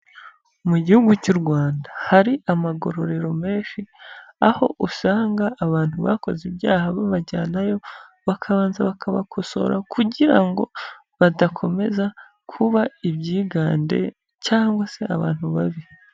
Mu gihugu cy'u Rwanda hari amagorero menshi aho usanga abantu bakoze ibyaha babajyanayo, bakabanza bakabakosora kugira ngo badakomeza kuba ibyigande cyangwa se abantu babi.